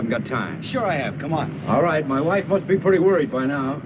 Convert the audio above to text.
have got time sure i have come on all right my life must be pretty worried by now